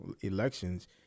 elections